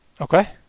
Okay